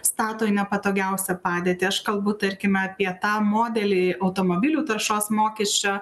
stato į nepatogiausią padėtį aš kalbu tarkime apie tą modelį automobilių taršos mokesčio